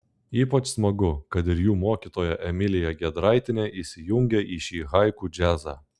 ypač smagu kad ir jų mokytoja emilija gedraitienė įsijungė į šį haiku džiazą